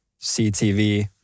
CTV